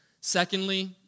Secondly